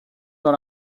dans